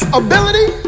ability